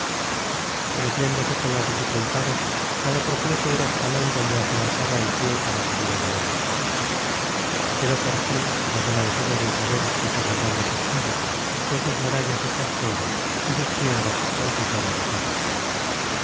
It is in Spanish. creciéndose con las dificultades cada tropiezo era escalón donde afianzaba el pie para seguir adelante quedó por fin bajo la enseña de isabel el formidable castillo con sus murallas hechas polvo y sus piedras salpicadas de sangre